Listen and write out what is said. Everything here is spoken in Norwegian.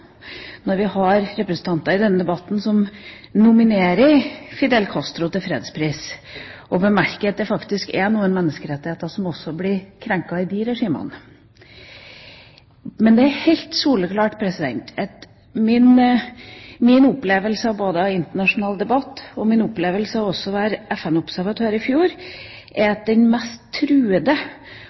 Når vi har representanter i denne debatten som nominerer Fidel Castro til fredspris, kan det derfor være fristende å bemerke at det faktisk er noen menneskerettigheter som også blir krenket i de regimene. Men det er helt soleklart at min opplevelse av både internasjonal debatt og av å være FN-observatør i fjor, er at de mest truede